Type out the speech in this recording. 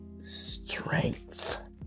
strength